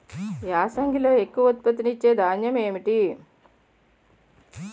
యాసంగిలో ఎక్కువ ఉత్పత్తిని ఇచే ధాన్యం ఏంటి?